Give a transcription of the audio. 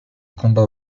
combats